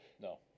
No